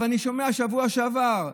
אני שומע בשבוע שעבר,